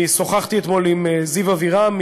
אני שוחחתי אתמול עם זיו אבירם,